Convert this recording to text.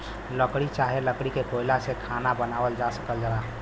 लकड़ी चाहे लकड़ी के कोयला से खाना बनावल जा सकल जाला